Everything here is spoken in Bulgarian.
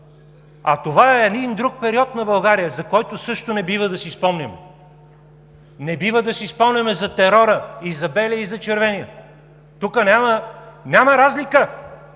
Това е един друг период на България, за който също не бива да си спомняме. Не бива да си спомняме за терора – и за „белия“, и за „червения“. Тук няма разлика,